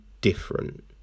different